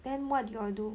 then what do you all do